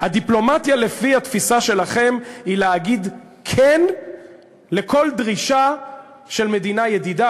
הדיפלומטיה לפי התפיסה שלכם היא להגיד כן לכל דרישה של מדינה ידידה,